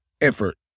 effort